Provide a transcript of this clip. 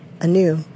anew